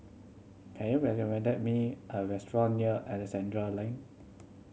can you recommend me a restaurant near Alexandra Lane